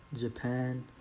Japan